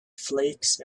flakes